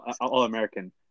All-American